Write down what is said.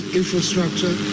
infrastructure